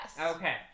Okay